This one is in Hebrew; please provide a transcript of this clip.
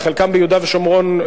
חלקם ביהודה ושומרון,